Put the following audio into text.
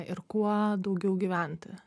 ir kuo daugiau gyventi